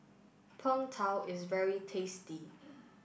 Png Tao is very tasty